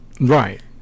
Right